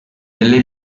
delle